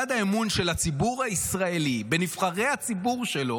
של הציבור הישראלי בנבחרי הציבור שלו,